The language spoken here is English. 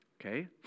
Okay